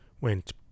went